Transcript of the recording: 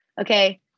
okay